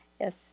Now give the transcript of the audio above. Yes